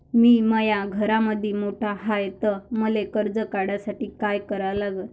मी माया घरामंदी मोठा हाय त मले कर्ज काढासाठी काय करा लागन?